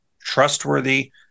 trustworthy